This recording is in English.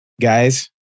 Guys